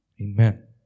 Amen